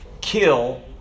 kill